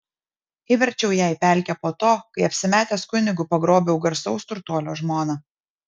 įverčiau ją į pelkę po to kai apsimetęs kunigu pagrobiau garsaus turtuolio žmoną